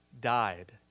died